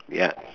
ya